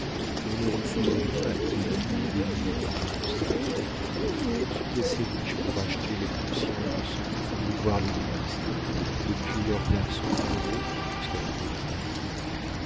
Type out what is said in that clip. on ne refuse rien à qui lie et délie les cordons du sac je suis assez riche pour acheter les consciences de ceux qui font mouvoir les ministres depuis leurs garçons de bureau jusqu'à leurs maîtresses